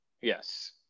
Yes